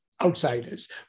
Outsiders